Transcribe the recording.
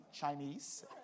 Chinese